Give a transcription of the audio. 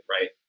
right